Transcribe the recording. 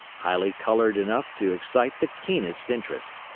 highly colored enough to excite the keenest interest.